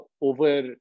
over